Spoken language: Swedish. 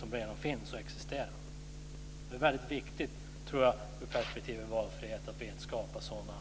Jag tror att det är viktigt att inte skapa sådana situationer i valfrihetsperspektivet.